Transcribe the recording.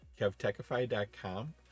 kevtechify.com